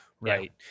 Right